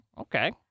Okay